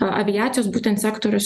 a aviacijos būtent sektorius